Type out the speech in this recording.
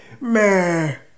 Man